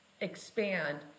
expand